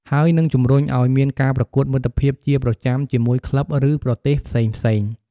ហើយនឹងជំរុញឲ្យមានការប្រកួតមិត្តភាពជាប្រចាំជាមួយក្លឹប ឬប្រទេសផ្សេងៗ។